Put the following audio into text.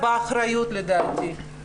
באה האחריות לדעתי.